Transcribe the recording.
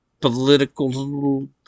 political